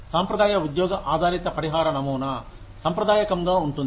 సాంప్రదాయ ఉద్యోగ ఆధారిత పరిహార నమూనా సంప్రదాయకంగా ఉంటుంది